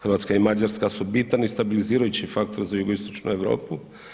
Hrvatska i Mađarska su bitan i stabilizirajući faktor za Jugoistočnu Europu.